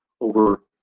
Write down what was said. over